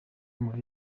muri